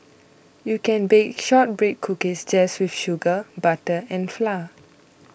you can bake Shortbread Cookies just with sugar butter and flour